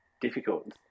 Difficult